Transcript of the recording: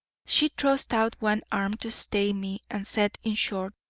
she thrust out one arm to stay me and said in short,